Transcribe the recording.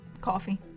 Coffee